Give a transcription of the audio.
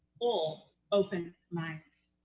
all open minds.